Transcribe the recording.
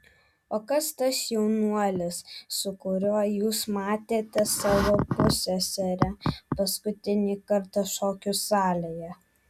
o kas tas jaunuolis su kuriuo jūs matėte savo pusseserę paskutinį kartą šokių salėje